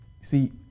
see